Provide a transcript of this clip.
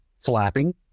flapping